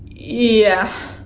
yeah.